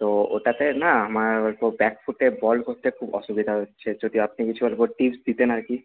তো ওটাতে না আমার একটু ব্যাকফুটে বল করতে খুব অসুবিধা হচ্ছে যদি আপনি কিছু অল্প টিপস দিতেন আর কি